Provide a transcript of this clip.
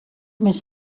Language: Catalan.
més